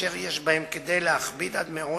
שיש בהם כדי להכביד עד מאוד